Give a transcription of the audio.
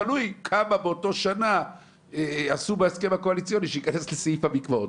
תלוי כמה באותה שנה עשו בהסכם הקואליציוני שייכנס לסעיף המקוואות.